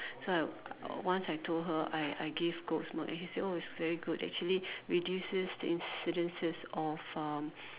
so I once I told her I I give goat's milk and she said oh it's very good actually reduces the incidences of um